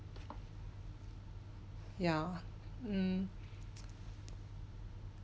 yeah mm